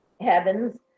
heavens